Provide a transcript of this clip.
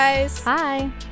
Hi